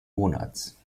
monats